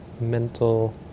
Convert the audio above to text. mental